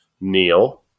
neil